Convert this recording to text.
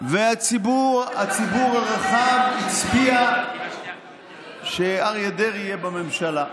והציבור הרחב הצביע שאריה דרעי יהיה בממשלה.